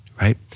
right